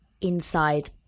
inside